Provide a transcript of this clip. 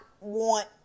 want